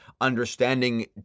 understanding